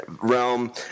realm